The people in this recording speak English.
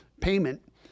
payment